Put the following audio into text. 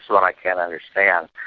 what i can't understand.